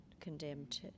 condemned